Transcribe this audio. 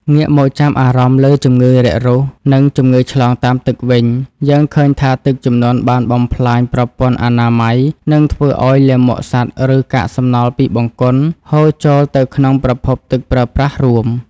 ងាកមកចាប់អារម្មណ៍លើជំងឺរាករូស និងជំងឺឆ្លងតាមទឹកវិញ យើងឃើញថាទឹកជំនន់បានបំផ្លាញប្រព័ន្ធអនាម័យ និងធ្វើឱ្យលាមកសត្វ ឬកាកសំណល់ពីបង្គន់ហូរចូលទៅក្នុងប្រភពទឹកប្រើប្រាស់រួម។